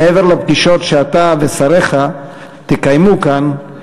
מעבר לפגישות שאתה ושריך תקיימו כאן,